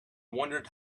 wondered